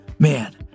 Man